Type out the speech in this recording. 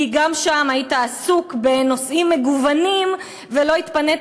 כי גם שם היית עסוק בנושאים מגוונים ולא התפנית